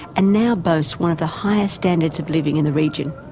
and now boast one of the highest standards of living in the region.